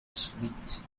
sweet